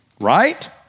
Right